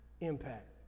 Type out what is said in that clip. impact